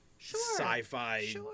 sci-fi